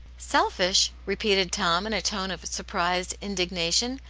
selfish! repeated tom, in a tone of surprised indignation.